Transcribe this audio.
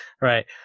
Right